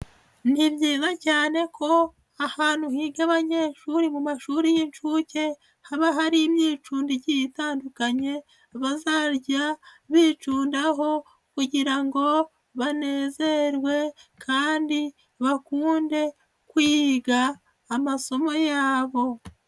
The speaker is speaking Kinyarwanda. Ni byiza cyane ko ahantu higa abanyeshuri mu mashuri y'inshuke, haba hari imyicundo igiye itandukanye bazajya bicundaho kugira ngo banezerwe kandi bakunde kwiga amasomo yabo.